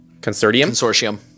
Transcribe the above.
Consortium